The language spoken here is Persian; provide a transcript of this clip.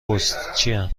پستچیم